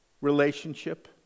relationship